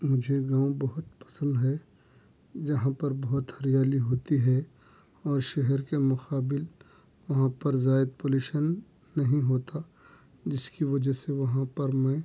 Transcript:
مجھے گاؤں بہت پسند ہے یہاں پر بہت ہریالی ہوتی ہے اور شہر کے مقابل وہاں پر زائد پولوشن نہیں ہوتا جس کی وجہ سے وہاں پر میں